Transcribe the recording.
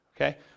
okay